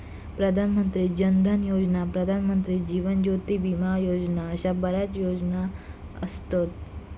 प्रधान मंत्री जन धन योजना, प्रधानमंत्री जीवन ज्योती विमा योजना अशा बऱ्याच योजना असत